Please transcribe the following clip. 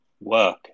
work